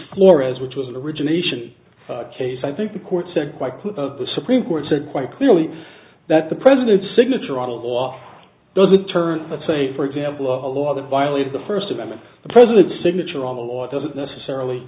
flores which was an origination case i think the court said quite clear of the supreme court said quite clearly that the president's signature on a law doesn't turn let's say for example of a law that violated the first amendment the president's signature on the law doesn't necessarily